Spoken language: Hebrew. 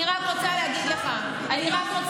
אני רק רוצה להגיד לך, ולהיות ממולדובה זה פשע?